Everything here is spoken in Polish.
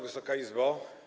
Wysoka Izbo!